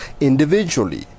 individually